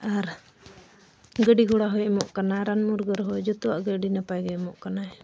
ᱟᱨ ᱜᱟᱹᱰᱤ ᱜᱷᱚᱲᱟ ᱦᱚᱸᱭ ᱮᱢᱚᱜ ᱠᱟᱱᱟ ᱨᱟᱱ ᱢᱩᱨᱜᱟᱹᱱ ᱨᱮᱦᱚᱸ ᱡᱷᱚᱛᱚᱣᱟᱜ ᱜᱮ ᱟᱹᱰᱤ ᱱᱟᱯᱟᱭᱜᱮ ᱮᱢᱚᱜ ᱠᱟᱱᱟᱭ